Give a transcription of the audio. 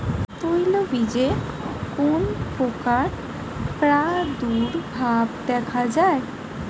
তৈলবীজে কোন পোকার প্রাদুর্ভাব দেখা যায়?